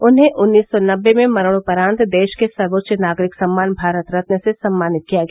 उन्हें उन्नीस सौ नबे में मरणोपरांत देश के सर्वोच्च नागरिक सम्मान भारत रत्न से सम्मानित किया गया